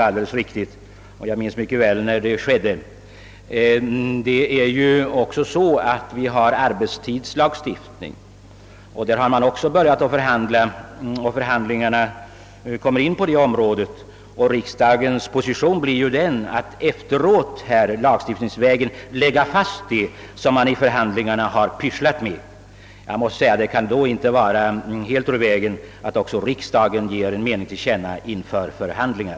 Jag minns mycket väl när den förändringen kom till stånd. Vi har ju också en arbetstidslagstiftning, som även den berörs av förhandlingar. Där blir riksdagens uppgift att i efterhand lagstiftningsvägen fastslå resultatet av förhandlingarna. Det kan då inte vara helt ur vägen att också riksdagen ger en mening till känna inför förestående förhandlingar.